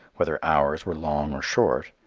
whether hours were long or short,